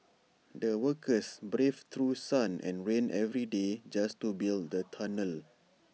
the workers braved through sun and rain every day just to build the tunnel